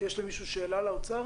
יש למישהו מחברי הכנסת שאלה לאוצר?